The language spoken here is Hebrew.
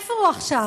איפה הוא עכשיו?